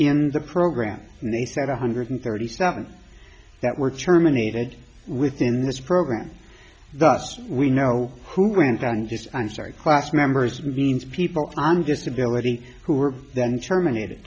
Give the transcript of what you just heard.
in the program and they said one hundred and thirty seven that were terminated within this program thus we know who went on this i'm sorry class members means people on disability who were then terminated